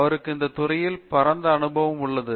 அவருக்கு இந்த துறையில் பரந்த அனுபவம் உள்ளது